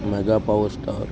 mega power star